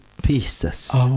pieces